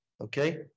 okay